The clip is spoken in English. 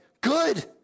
good